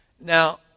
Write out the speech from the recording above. Now